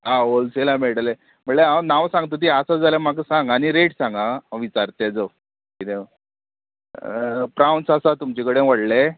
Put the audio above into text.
आं होलसेला मेळटले म्हळ्यार हांव नांव सांगतां ती आसा जाल्यार म्हाका सांग आनी रेट सांगा हांव विचारत जो किदें प्रावन्स आसा तुमचे कडेन व्हडले